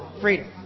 Freedom